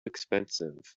expensive